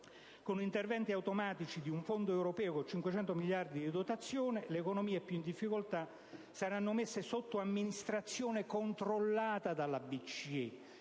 con interventi automatici di un fondo europeo con 500 miliardi di euro, le economie più in difficoltà saranno messe sotto amministrazione controllata dalla BCE,